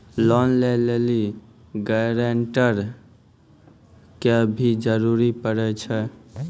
Loan लै लेली guarantor के भी जरूरी पड़ै छै?